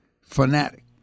Fanatic